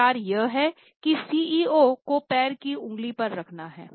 विचार यह है कि सीईओ को पैर की अंगुली पर रखना है